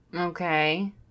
Okay